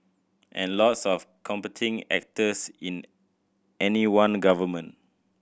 and lots of competing actors in any one government